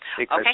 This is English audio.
Okay